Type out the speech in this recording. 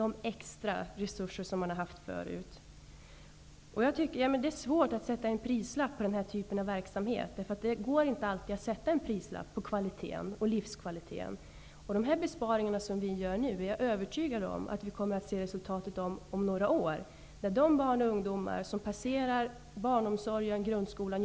Det behövs en förändring av systemet för nu måste många ensamstående föräldrar överklaga till länsrätterna. Avser regeringen att komma med förslag som underlättar för de grupper som har missat informationen om ensamförälderstödet att på ett enklare sätt än att överklaga få sin kompensation?